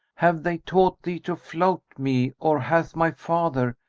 have they taught thee to flout me or hath my father,